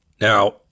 Now